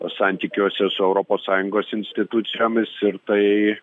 santykiuose su europos sąjungos institucijomis ir tai